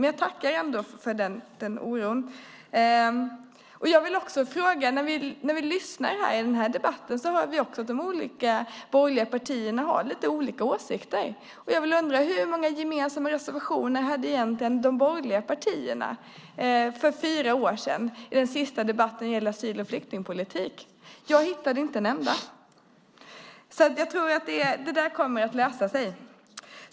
Men jag tackar ändå för oron. När vi lyssnar på den här debatten hör vi att de olika borgerliga partierna har lite olika åsikter. Jag vill fråga: Hur många gemensamma reservationer hade egentligen de borgerliga partierna för fyra år sedan i den sista debatten som gällde asyl och flyktingpolitik? Jag hittade inte en enda. Det där kommer att lösa sig för oss!